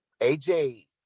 AJ